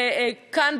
כאן,